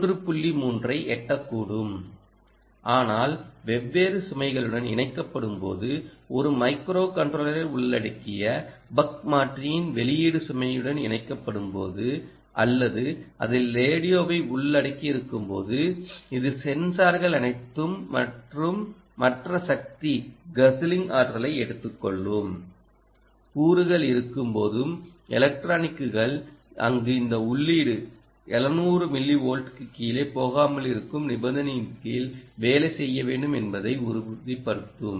3 ஐ எட்டக்கூடும் ஆனால் வெவ்வேறு சுமைகளுடன் இணைக்கப்படும் போது ஒரு மைக்ரோ கன்ட்ரோலரை உள்ளடக்கிய பக் மாற்றியின் வெளியீடுசுமைடன் இணைக்கப்படும்போது அல்லது அதில் ரேடியோவை உள்ளடக்கியிருக்கும்போது இதில் சென்சார்கள் அனைத்தும் மற்றும் மற்ற சக்தி guzzling ஆற்றலை எடுத்துக்கொள்ளும் கூறுகள் இருக்கும்போதும் எலக்ட்ரானிக்குகள் அங்கு இந்த உள்ளீடு 700 மில்லி வோல்ட்க்குக் கீழே போகாமலிருக்கும் நிபந்தனையின் கீழ் வேலை செய்ய வேண்டும் என்பதை உறுதிப்படுத்தும்